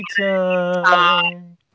time